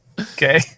Okay